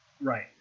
Right